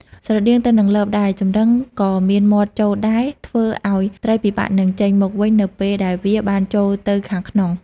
ស្រដៀងទៅនឹងលបដែរ ចម្រឹងក៏មានមាត់ចូលដែលធ្វើឲ្យត្រីពិបាកនឹងចេញមកវិញនៅពេលដែលវាបានចូលទៅខាងក្នុង។